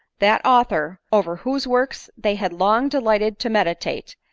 that author over whose works they had long delighted to meditate,